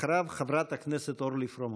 אחריו, חברת הכנסת אורלי פרומן.